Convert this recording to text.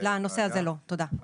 לנושא הזה לא, תודה.